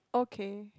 okay